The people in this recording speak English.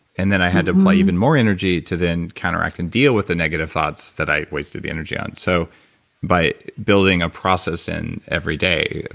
and then i had to acquire even more energy to then counteract and deal with the negative thoughts that i wasted the energy on so by building a process and every day,